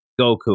Goku